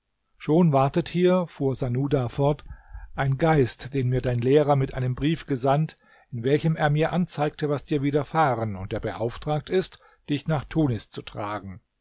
schon wartet hier fuhr sanuda fort ein geist den mir dein lehrer mit einem brief gesandt in welchem er mir anzeigte was dir widerfahren und der beauftragt ist dich nach tunis zu tragen